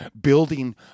building